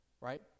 right